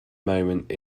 moment